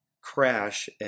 crash